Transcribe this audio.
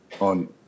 on